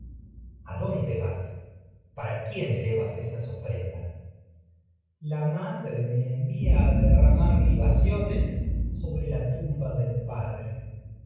adonde vas para quién llevas esas ofrendas crisótemis ciones sobre la la madre envía me a derramar liba tumba del padre